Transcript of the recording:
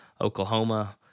Oklahoma –